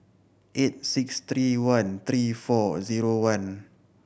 eight six three one three four zero one